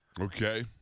Okay